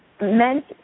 meant